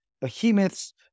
behemoths